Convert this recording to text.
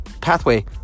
Pathway